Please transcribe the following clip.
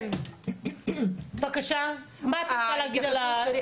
כן, בבקשה, מה את רוצה להגיד על זה?